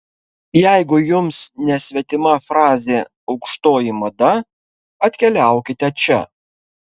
jeigu jums nesvetima frazė aukštoji mada atkeliaukite čia